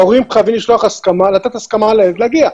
ההורים חייבים לתת הסכמה לילד להגיע.